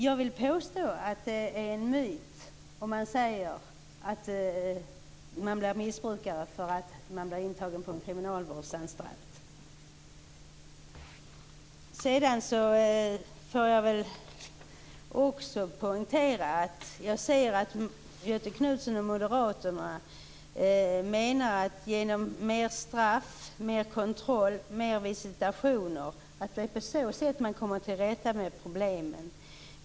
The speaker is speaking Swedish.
Jag vill påstå att det är en myt att man blir missbrukare därför att man blir intagen på en kriminalvårdsanstalt. Sedan får jag väl poängtera att jag ser att Göthe Knutson och moderaterna menar att man genom mer straff, mer kontroll och mer visitation kommer till rätta med problemen.